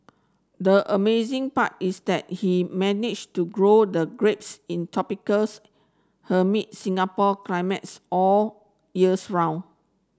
the amazing part is that he managed to grow the grapes in tropical Singapore climates all years round